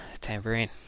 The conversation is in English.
Tambourine